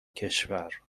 کشور